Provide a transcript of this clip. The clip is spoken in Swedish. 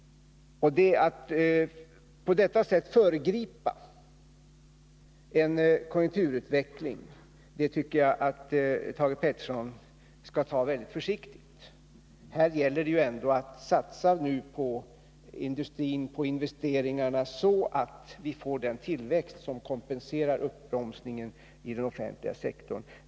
Jag tycker att Thage Peterson skall vara försiktig med att på detta sätt föregripa en konjunkturutveckling. Här gäller det ändå att satsa på industrin, på investeringarna, så att vi får en tillväxt som kompenserar uppbromsningen i den offentliga sektorn.